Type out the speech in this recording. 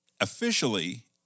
officially